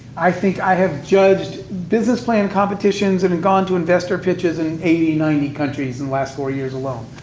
i think i have judged business plan competitions, and had gone to investor pitches in eighty ninety countries in the last four years alone.